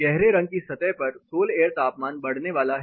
गहरे रंग की सतह पर तो सोल एयर तापमान बढ़ने वाला है